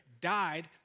Died